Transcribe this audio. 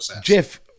jeff